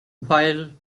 while